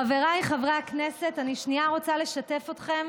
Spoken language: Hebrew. חבריי חברי הכנסת, אני, שנייה, רוצה לשתף אתכם